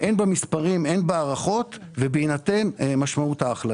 הן במספרים, הן בהערכות ובהינתן ממשמעות ההחלטה.